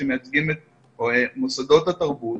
שמייצגים את מוסדות התרבות,